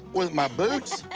with my boots?